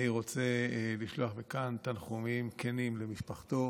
אני רוצה לשלוח מכאן תנחומים כנים למשפחתו